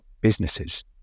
businesses